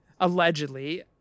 allegedly